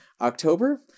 October